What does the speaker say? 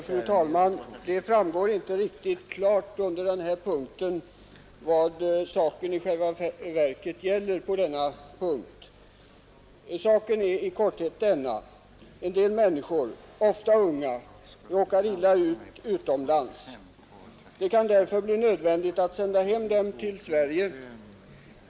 Fru talman! Det framgår inte riktigt klart under den här punkten vad saken i själva verket gäller. Saken är i korthet denna. En del människor, ofta unga, råkar illa ut utomlands. Det kan därför bli nödvändigt att sända hem dem till Sverige.